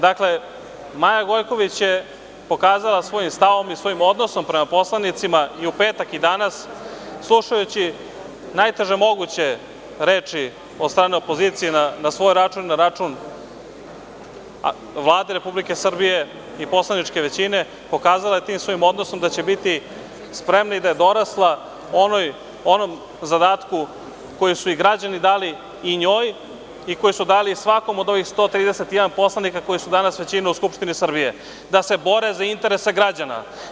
Dakle, Maja Gojković je pokazala svojim stavom i svojim odnosom prema poslanicima i u petak i danas, slušajući najteže moguće reči od strane opozicije na svoj račun i na račun Vlade Republike Srbije i poslaničke većine, pokazala je tim svojim odnosom da će biti spremna, da je dorasla onom zadatku koji su joj i građani dali, i njoj i koji su dali svakom od ovih 131 poslanika, koji su danas većina u Skupštini Republike Srbije da se bore za interese građana.